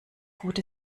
gut